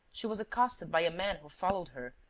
she was accosted by a man who followed her,